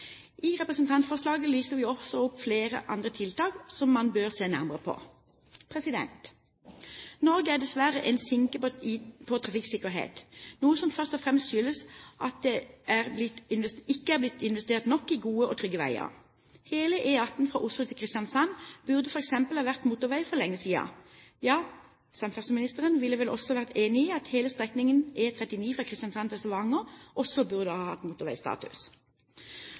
I representantforslaget lister vi også opp flere andre tiltak som man bør se nærmere på. Norge er dessverre en sinke på trafikksikkerhet, noe som først og fremst skyldes at det ikke er blitt investert nok i gode og trygge veier. Hele E18 fra Oslo til Kristiansand burde f.eks. ha vært motorvei for lenge siden. Ja, samferdselsministeren ville vel også ha vært enig i at hele strekningen E39 fra Kristiansand til Stavanger også burde ha hatt motorveistatus.